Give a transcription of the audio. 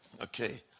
Okay